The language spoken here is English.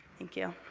thank you.